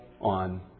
on